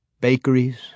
bakeries